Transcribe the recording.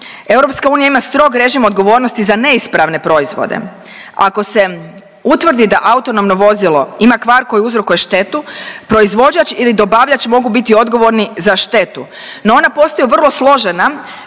proizvode. EU ima strog režim odgovornosti za neispravne proizvode. Ako se utvrdi da autonomno vozilo ima kvar koji uzrokuje štetu, proizvođač ili dobavljač mogu biti odgovorni za štetu, no ona postaju vrlo složena